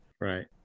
Right